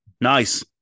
Nice